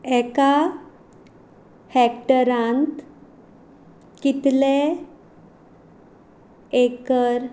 एका हॅक्टरांत कितले एकर